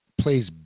plays